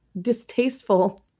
Distasteful